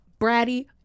bratty